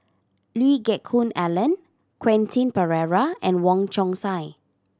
Lee Geck Hoon Ellen Quentin Pereira and Wong Chong Sai